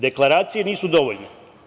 Deklaracije nisu dovoljne.